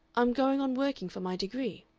i'm going on working for my degree.